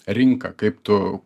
rinką kaip tu